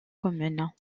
communes